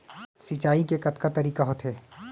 सिंचाई के कतका तरीक़ा होथे?